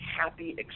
happy